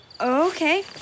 Okay